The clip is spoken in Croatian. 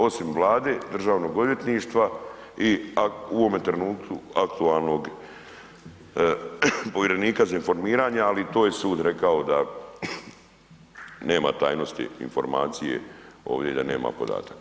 Osim Vlade, Državnog odvjetništva i u ovome trenutku aktualnog povjerenika za informiranje, ali i tu je sud rekao da nema tajnosti informacije ovdje i da nema podataka.